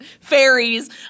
Fairies